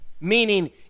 meaning